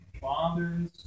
fathers